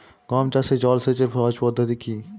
গম চাষে জল সেচের সহজ পদ্ধতি কি?